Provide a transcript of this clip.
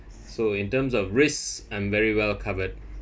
so in terms of risk I'm very well covered